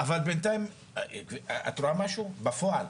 אבל בינתיים את רואה משהו בפועל?